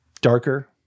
darker